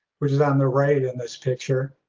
which is on the right in this picture,